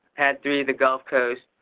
padd three the gulf coast,